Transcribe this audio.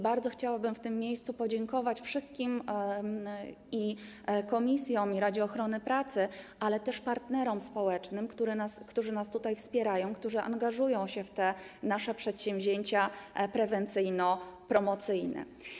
Bardzo chciałabym w tym miejscu podziękować wszystkim komisjom i Radzie Ochrony Pracy, ale też partnerom społecznym, którzy nas wspierają, którzy angażują się w nasze przedsięwzięcia prewencyjno-promocyjne.